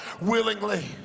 willingly